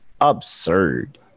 absurd